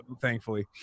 thankfully